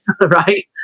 Right